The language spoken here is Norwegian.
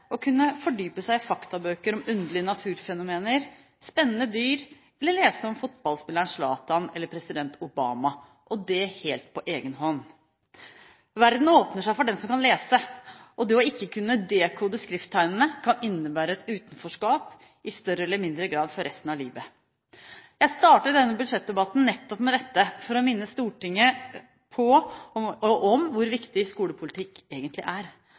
å kunne fordype seg i faktabøker om underlige naturfenomener og spennende dyr eller lese om fotballspilleren Zlatan eller president Obama – og det helt på egen hånd. Verden åpner seg for den som kan lese. Ikke å kunne dekode skrifttegnene kan innebære et utenforskap, i større eller mindre grad for resten av livet. Jeg starter denne budsjettdebatten nettopp med dette for å minne Stortinget om hvor viktig skolepolitikk egentlig er,